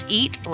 eat